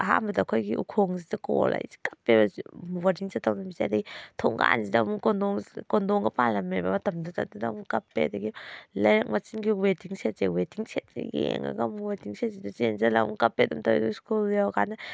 ꯑꯍꯥꯟꯕꯗ ꯑꯩꯈꯣꯏꯒꯤ ꯎꯈꯣꯡꯁꯤꯗ ꯀꯣꯜꯂ ꯑꯩꯁꯤ ꯀꯞꯄꯦꯕ ꯕꯣꯔꯗꯤꯡ ꯆꯠꯇꯧꯕ ꯅꯨꯃꯤꯠꯁꯦ ꯑꯗꯒꯤ ꯊꯣꯡꯒꯥꯟꯁꯤꯗ ꯑꯃꯨꯛ ꯀꯣꯟꯗꯣꯡꯁꯤꯗ ꯀꯣꯟꯗꯣꯡꯒ ꯄꯥꯜꯂꯝꯃꯦꯕ ꯃꯇꯝꯗꯨꯗ ꯑꯗꯨꯗ ꯑꯃꯨꯛ ꯀꯞꯄꯦ ꯑꯗꯒꯤ ꯂꯩꯔꯛ ꯃꯆꯤꯟꯒꯤ ꯋꯦꯇꯤꯡ ꯁꯦꯠꯁꯦ ꯋꯦꯇꯤꯡ ꯁꯦꯠꯁꯤ ꯌꯦꯡꯉꯒ ꯑꯃꯨꯛ ꯋꯦꯇꯤꯡ ꯁꯦꯠꯁꯤꯗ ꯆꯦꯟꯖꯟꯂ ꯑꯃꯨꯛ ꯀꯞꯄꯦ ꯑꯗꯨꯝ ꯇꯧꯋꯦ ꯑꯗꯨꯒ ꯁ꯭ꯀꯨꯜ ꯌꯧꯔ ꯀꯥꯟꯗ